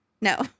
No